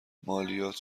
مالیات